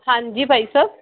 ਹਾਂਜੀ ਭਾਈ ਸਾਹਿਬ